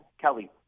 Kelly